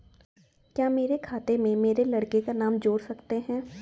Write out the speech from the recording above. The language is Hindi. क्या मेरे खाते में मेरे लड़के का नाम जोड़ सकते हैं?